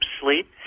sleep